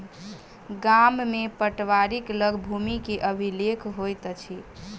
गाम में पटवारीक लग भूमि के अभिलेख होइत अछि